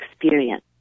experience